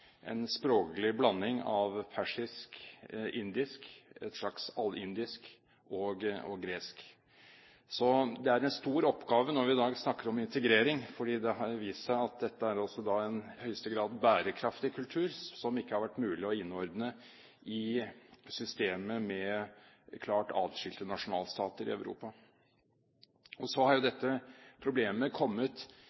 en språklig blanding av persisk, indisk – et slags allindisk – og gresk. Det er en stor oppgave vi har når vi i dag snakker om integrering, for det har vist seg at dette i høyeste grad er en bærekraftig kultur som det ikke har vært mulig å innordne i systemet med klart atskilte nasjonalstater i Europa. Og dette problemet er jo